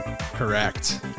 Correct